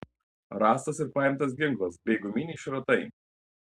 rastas ir paimtas ginklas bei guminiai šratai